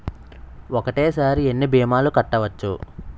ఒక్కటేసరి ఎన్ని భీమాలు కట్టవచ్చు?